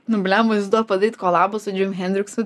nu blemba įsivaizduok padaryt kolabą su džim hendriksu